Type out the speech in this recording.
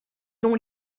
dont